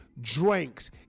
drinks